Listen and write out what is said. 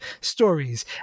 stories